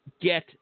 get